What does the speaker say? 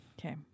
Okay